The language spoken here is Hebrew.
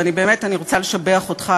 ואני באמת רוצה לשבח אותך,